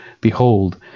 Behold